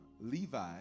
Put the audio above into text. Levi